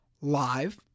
Live